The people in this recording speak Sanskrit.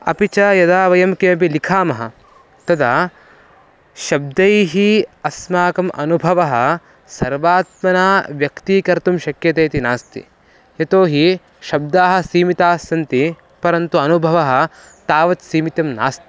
अपि च यदा वयं किमपि लिखामः तदा शब्दैः अस्माकम् अनुभवः सर्वात्मना व्यक्तीकर्तुं शक्यते इति नास्ति यतोहि शब्दाः सीमिताः सन्ति परन्तु अनुभवः तावत् सीमितं नास्ति